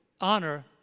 honor